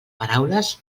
paraules